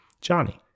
Johnny